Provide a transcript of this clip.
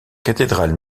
cathédrale